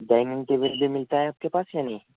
dining table بھی ملتا ہے آپ کے پاس یا نہیں